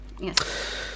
Yes